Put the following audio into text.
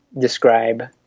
describe